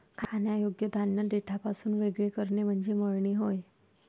खाण्यायोग्य धान्य देठापासून वेगळे करणे म्हणजे मळणी होय